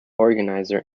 organizer